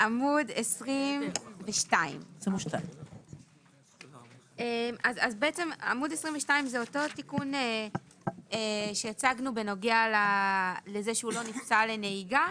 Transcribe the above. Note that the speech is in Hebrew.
עמוד 22. זה אותו תיקון שהצגנו בנוגע לזה שהוא לא נפסל לנהיגה,